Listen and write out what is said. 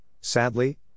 sadly